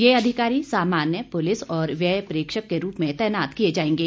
ये अधिकारी सामान्य पुलिस और व्यय प्रेक्षक के रूप में तैनात किये जायेंगे